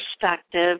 perspective